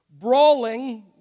Brawling